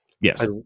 Yes